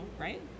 right